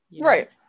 Right